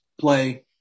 play